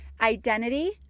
Identity